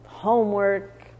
homework